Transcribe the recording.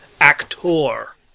actor